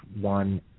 one